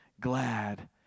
glad